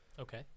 okay